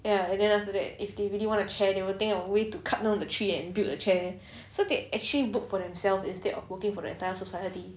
ya and then after that if they really want a chair they will think of a way to cut down the tree and build a chair so they actually work for themselves instead of working for the entire society